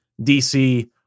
DC